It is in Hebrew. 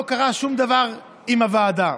לא קרה שום דבר עם הוועדה,